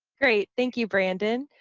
great. thank you brandon.